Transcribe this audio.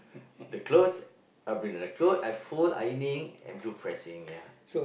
the clothes I will bring in the clothes I fold ironing and do pressing ya